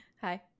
Hi